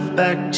back